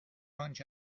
آنچه